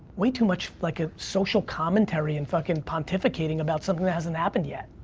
way too much, like a social commentary, and fuckin' pontificating about something that hasn't happened yet,